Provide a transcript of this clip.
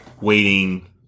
waiting